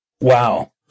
Wow